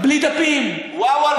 בלי נייר, בלי דפים, וואו על הכול.